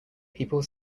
people